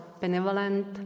benevolent